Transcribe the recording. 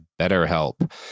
BetterHelp